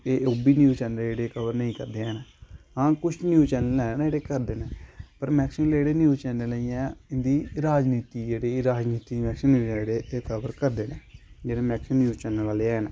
एह् ओह् बी न्यूज चैनल ऐ जेह्ड़े कवर निं करदे हैन हां कुछ न्यूज चैनल हैन जेह्ड़े करदे न पर मैक्सिमम जेह्ड़े न्यूज चैनल न जियां इं'दी राजनीति जेह्ड़ी राजनीति मैक्सीमम जेह्ड़े एह कवर करदे न जेह्ड़े मैक्सीमम न्यूज चैनल आह्ले है न